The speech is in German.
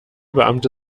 beamte